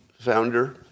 founder